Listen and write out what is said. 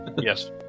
yes